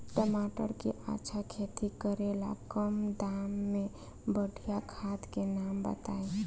टमाटर के अच्छा खेती करेला कम दाम मे बढ़िया खाद के नाम बताई?